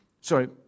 Sorry